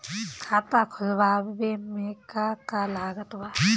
खाता खुलावे मे का का लागत बा?